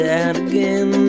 again